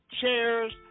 chairs